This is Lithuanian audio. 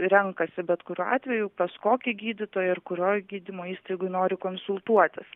renkasi bet kuriuo atveju pas kokį gydytoją ir kurioj gydymo įstaigoj nori konsultuotis